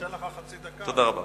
עוד חצי דקה.